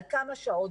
על כמה שעות,